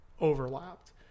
overlapped